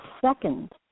second